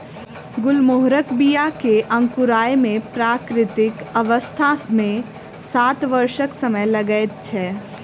गुलमोहरक बीया के अंकुराय मे प्राकृतिक अवस्था मे सात वर्षक समय लगैत छै